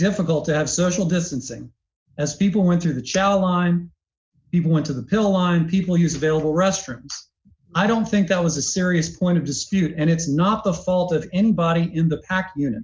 difficult to have social distancing as people went through the challenge even went to the pill line people use available restroom i don't think that was a serious point of dispute and it's not the fault of anybody in the act you know